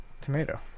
Tomato